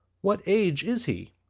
what age is he?